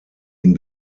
ihn